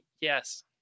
yes